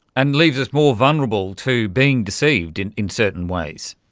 and leaves us more vulnerable to being deceived in in certain ways.